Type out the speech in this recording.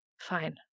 Fine